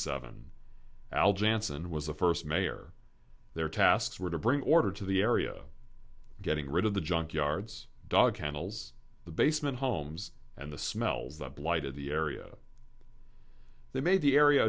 seven l janssen was the first mayor their tasks were to bring order to the area getting rid of the junk yards dog kennels the basement homes and the smells that blighted the area they made the area